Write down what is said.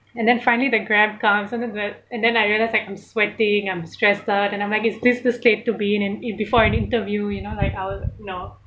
and then finally the grab comes and then the and then I realised like I'm sweating I'm stressed out and I'm like is this the state to be in an in before an interview you know like our you know